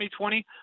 2020